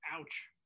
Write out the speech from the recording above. Ouch